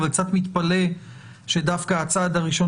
אבל אני קצת מתפלא שדווקא הצעד הראשון